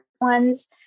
ones